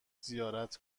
زیارت